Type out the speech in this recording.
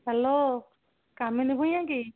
hello Kamini Bhuyan କି